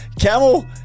Camel